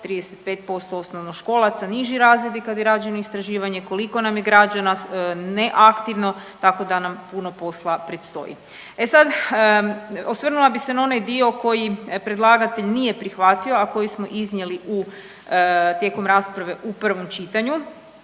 35% osnovnoškolaca niži razredi kad je rađeno istraživanje koliko nam je građana neaktivno tako da nam puno posla predstoji. E sad, osvrnuli bi se na onaj dio koji predlagatelj nije prihvatio, a koji smo iznijeli u tijekom rasprave u prvom čitanju.